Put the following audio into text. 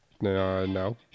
No